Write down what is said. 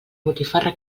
botifarra